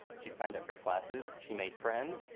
she signed up for classes. she made friends.